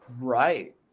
right